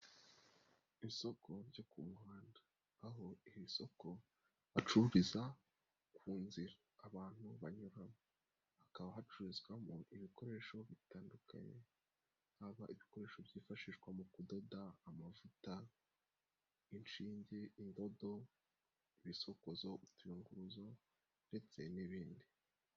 Isoko ryo ku muhanda, aho iri soko bacururiza ku nzira, abantu banyuramo. Hakaba hacururizwamo ibikoresho bitandukanye, haba ibikoresho byifashishwa mu kudoda, amavuta, inshinge, indodo, ibisokozo, utunguruzo ndetse n'ibindi.